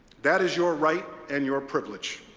that is your right and your privilege.